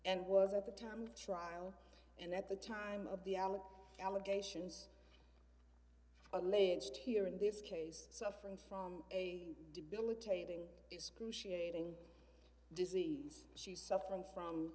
and was at the time trial and at the time of the allen allegations alleged here in this case suffering from a debilitating excruciating disease she's suffering from